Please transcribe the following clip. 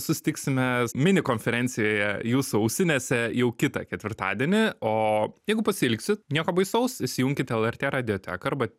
susitiksime mini konferencijoje jūsų ausinėse jau kitą ketvirtadienį o jeigu pasiilgsit nieko baisaus įsijunkit lrt radioteką arba